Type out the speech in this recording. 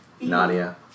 Nadia